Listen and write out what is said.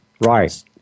Right